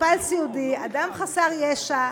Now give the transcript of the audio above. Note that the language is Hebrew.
מטופל סיעודי, אדם חסר ישע,